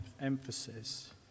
emphasis